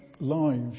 lives